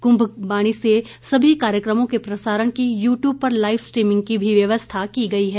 कुंभवाणी से सभी कार्यक्रमों के प्रसारण की यू ट्यूब पर लाईव स्ट्रीमिंग की भी व्यवस्था की गई है